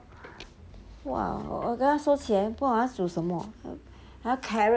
!wah! 我跟他收起来不懂要煮什么还有 carrot